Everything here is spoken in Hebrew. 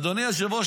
אדוני היושב-ראש,